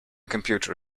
computer